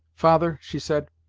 father, she said,